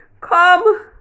come